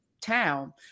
town